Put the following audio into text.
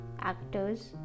actors